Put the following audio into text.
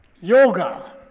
Yoga